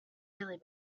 really